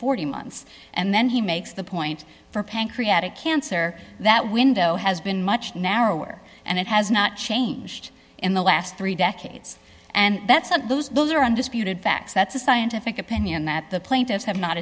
forty months and then he makes the point for pancreatic cancer that window has been much narrower and it has not changed in the last three decades and that's about those those are undisputed facts that's a scientific opinion that the plaintiffs have not